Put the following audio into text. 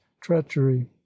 treachery